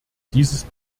dieses